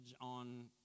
on